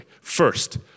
first